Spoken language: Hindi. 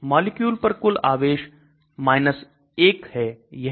मॉलिक्यूल पर कुल आवेश 1 है